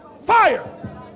fire